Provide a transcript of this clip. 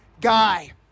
guy